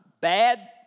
bad